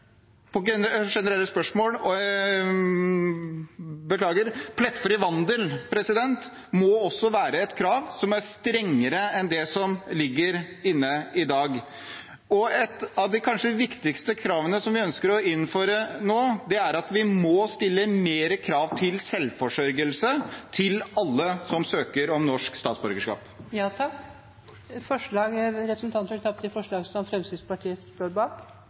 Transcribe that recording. generelle spørsmål. Plettfri vandel må også være et krav som er strengere enn det som ligger inne i dag. Og et av de kanskje viktigste kravene som vi ønsker å innføre nå, er til selvforsørgelse til alle som søker om norsk statsborgerskap. Ønsker representanten å ta opp Fremskrittspartiets forslag? Det vil jeg. Representanten Jon Engen-Helgheim har da tatt opp de